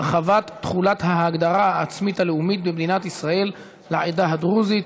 הרחבת תחולת ההגדרה העצמית הלאומית במדינת ישראל לעדה הדרוזית),